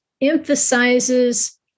emphasizes